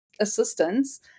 assistance